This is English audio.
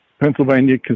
Pennsylvania